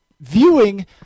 viewing